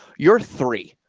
you're three,